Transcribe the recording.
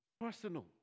Personal